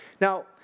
Now